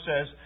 says